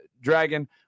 Dragon